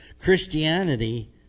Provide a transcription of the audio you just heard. Christianity